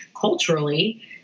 culturally